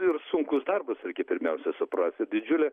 ir sunkus darbas reikia pirmiausia suprasti didžiulė